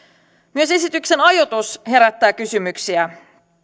myös esityksen ajoitus herättää kysymyksiä